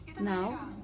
now